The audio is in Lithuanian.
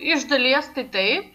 iš dalies tai taip